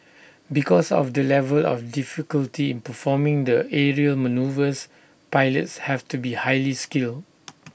because of the level of difficulty in performing the aerial manoeuvres pilots have to be highly skilled